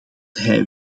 hij